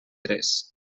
tres